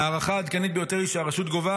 ההערכה העדכנית ביותר היא שהרשות גובה